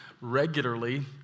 regularly